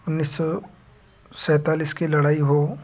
उन्नीस सो सैतालीस की लड़ाई हो